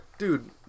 Dude